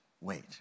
wait